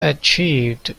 achieved